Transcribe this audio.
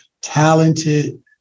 talented